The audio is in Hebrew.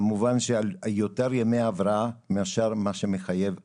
כמובן שיותר ימי הבראה מאשר מה שמחייב החוק.